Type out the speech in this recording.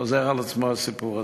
חוזר על עצמו הסיפור הזה,